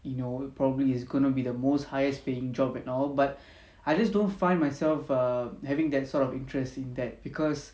you know probably is going to be the most highest paying job right now but I just don't find myself err having that sort of interest in that because